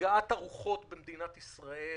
ולהרגעת הרוחות במדינת ישראל.